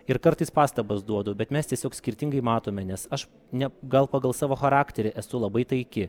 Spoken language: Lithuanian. ir kartais pastabas duodu bet mes tiesiog skirtingai matome nes aš ne gal pagal savo charakterį esu labai taiki